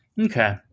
Okay